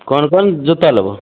कोन कोन जुत्ता लेबै